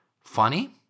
funny